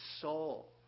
soul